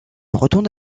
retourne